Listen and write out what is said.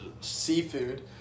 seafood